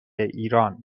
ایران